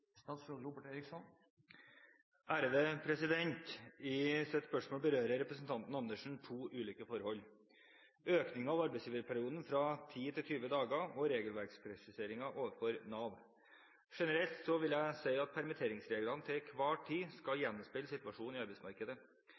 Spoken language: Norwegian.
I sitt spørsmål berører representanten Andersen to ulike forhold: økningen av arbeidsgiverperioden fra 10 til 20 dager og regelverkspresisering overfor Nav. Generelt vil jeg si at permitteringsreglene til enhver tid skal gjenspeile situasjonen i arbeidsmarkedet.